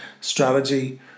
strategy